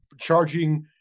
charging